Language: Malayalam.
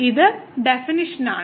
ഇത് ഡെഫിനിഷനാണ്